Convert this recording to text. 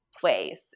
place